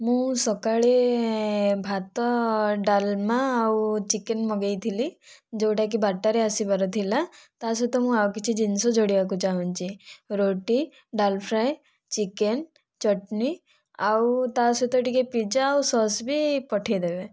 ମୁଁ ସକାଳେ ଭାତ ଡ଼ାଲମା ଆଉ ଚିକେନ୍ ମଗେଇଥିଲି ଯେଉଁଟାକି ବାରଟାରେ ଆସିବାର ଥିଲା ତା ସହିତ ମୁଁ ଆଉ କିଛି ଜିନିଷ ଯୋଡ଼ିବାକୁ ଚାହୁଁଛି ରୁଟି ଡ଼ାଲ ଫ୍ରାଏ ଚିକେନ୍ ଚଟଣି ଆଉ ତା' ସହିତ ଟିକିଏ ପିଜ୍ଜା ଆଉ ସସ୍ ବି ପଠାଇ ଦେବେ